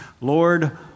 Lord